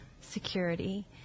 security